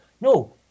no